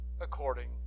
according